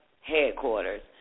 headquarters